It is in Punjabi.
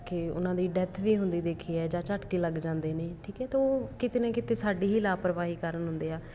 ਕਿ ਉਹਨਾਂ ਦੀ ਡੈਥ ਵੀ ਹੁੰਦੀ ਦੇਖੀ ਹੈ ਜਾਂ ਝੱਟਕੇ ਲੱਗ ਜਾਂਦੇ ਨੇ ਠੀਕ ਹੈ ਤਾਂ ਓਹ ਕਿਤੇ ਨਾ ਕਿਤੇ ਸਾਡੀ ਹੀ ਲਾਪਰਵਾਹੀ ਕਾਰਨ ਹੁੰਦੇ ਆ